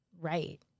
right